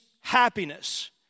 happiness